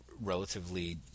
relatively